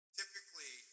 typically